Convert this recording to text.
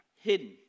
hidden